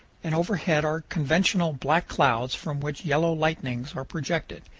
and overhead are conventional black clouds from which yellow lightnings are projected,